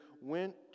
went